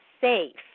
Safe